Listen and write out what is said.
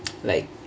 like